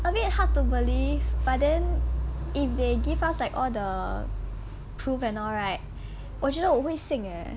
a bit hard to believe but then if they give us like all the proof and all right 我觉得我会信 eh